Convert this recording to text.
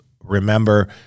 remember